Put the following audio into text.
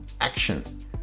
action